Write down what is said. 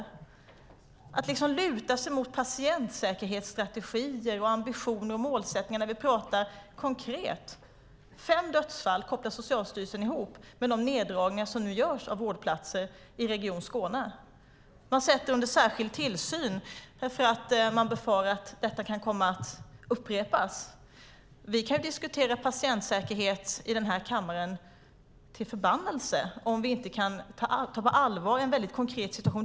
Hur kan man bara luta sig mot patientsäkerhetsstrategier, ambitioner och målsättningar när vi pratar konkret? Fem dödsfall kopplar Socialstyrelsen ihop med neddragningarna av vårdplatser i Region Skåne. Man sätter Skånes universitetssjukhus under särskild tillsyn därför att man befarar att detta kan komma att upprepas. Vi kan diskutera patientsäkerhet i den här kammaren till förbannelse utan att det hjälper om vi inte kan ta på allvar en väldigt allvarlig situation.